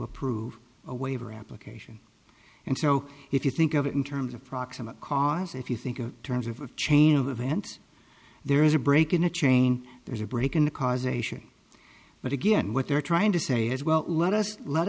approve a waiver application and so if you think of it in terms of proximate cause if you think of terms of a chain of events there is a break in a chain there's a break in the causation but again what they're trying to say is well let us let